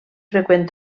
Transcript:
freqüent